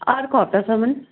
अर्को हप्तासम्म